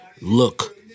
look